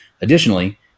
Additionally